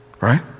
right